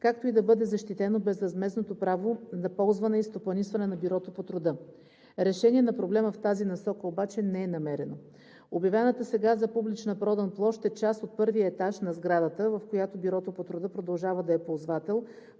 както и да бъде защитено безвъзмездното право за ползване и стопанисване на Бюрото по труда. Решение на проблема в тази насока обаче не е намерено. Обявената сега за публична продан площ е част от първия етаж на сградата, в която Бюрото по труда продължава да е ползвател.